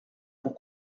pour